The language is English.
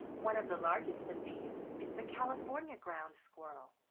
one of the largest of these is the california ground squirrel.